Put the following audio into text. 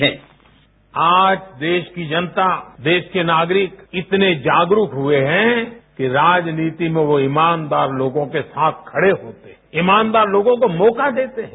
bite PM आज देश की जनता देश के नागरिक इतने जागरूक हुए हैं कि राजनीति में वो ईमानदार लोगों के साथ खड़े होते हैं ईमानदार लोगों को मौका देते हैं